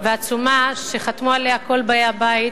והעצומה שחתמו עליה כל באי הבית,